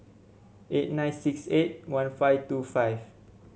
eight nine six eight one five two five